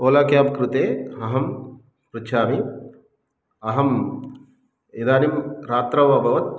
cab कृते अहं पृच्छामि अहम् इदानीं रात्रौ अभवत्